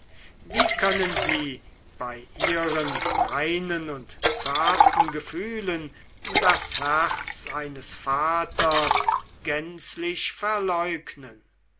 wie können sie bei ihren reinen und zarten gefühlen das herz eines vaters gänzlich verleugnen